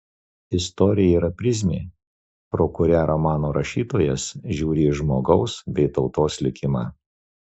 istorija yra prizmė pro kurią romano rašytojas žiūri į žmogaus bei tautos likimą